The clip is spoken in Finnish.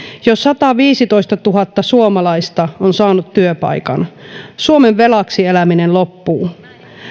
jo sataviisitoistatuhatta suomalaista on saanut työpaikan suomen velaksi eläminen loppuu